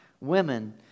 women